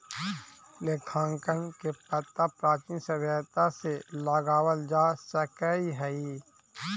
लेखांकन के पता प्राचीन सभ्यता से लगावल जा सकऽ हई